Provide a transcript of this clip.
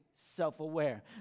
self-aware